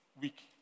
week